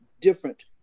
different